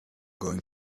going